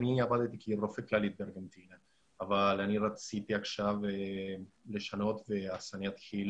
עבדתי כרופא כללי אבל רציתי עכשיו לשנות ובשבוע הבא אני אתחיל